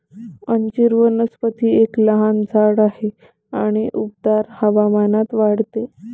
अंजीर वनस्पती एक लहान झाड आहे आणि उबदार हवामानात वाढते